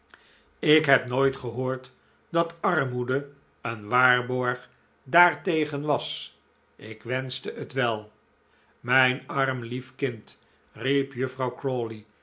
ik heb nooit gehoord dat armoede een waarborg daartegen was ik wenschte het wel mijn arm lief kind riep juffrouw